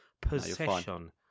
Possession